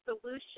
solution